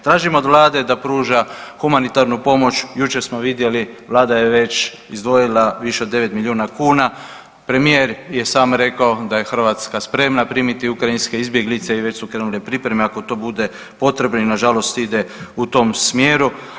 Tražimo od Vlade da pruža humanitarnu pomoć, jučer smo vidjeli Vlada je već izdvojila više od devet milijuna kuna, premijer je sam rekao da je Hrvatska spremna prihvatiti ukrajinske izbjeglice i već su krenule pripreme ako tu bude potrebe i nažalost ide u tom smjeru.